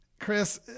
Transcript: Chris